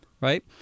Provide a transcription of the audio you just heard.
right